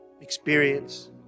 experience